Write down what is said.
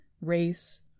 race